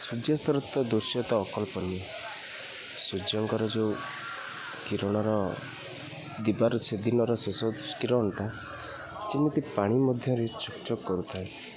ସୂର୍ଯ୍ୟାସ୍ତର ତ ଦୃଶ୍ୟ ତ ଅକଳ୍ପନୀୟ ସୂର୍ଯ୍ୟଙ୍କର ଯେଉଁ କିରଣର ଦିବାର ସେଦିନର ଶେଷ କିରଣଟା ଯେମିତି ପାଣି ମଧ୍ୟରେ ଚକ୍ ଚକ୍ କରୁଥାଏ